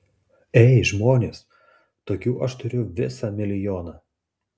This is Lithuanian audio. ei žmonės tokių aš turiu visą milijoną